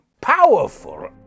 powerful